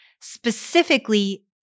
specifically